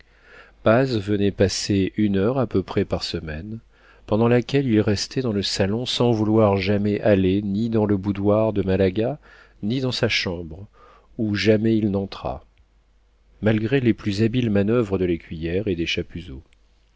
paz venait passer une heure à peu près par semaine pendant laquelle il restait dans le salon sans vouloir jamais aller ni dans le boudoir de malaga ni dans sa chambre où jamais il n'entra malgré les plus habiles manoeuvres de l'écuyère et des chapuzot